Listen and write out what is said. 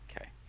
Okay